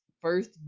first